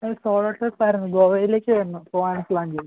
അത് solo trip ആയിരുന്നു ഗോവയിലേക്ക് ആയിരുന്നു പോവാൻ പ്ലാൻ ചെയ്തത്